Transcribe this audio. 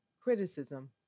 Criticism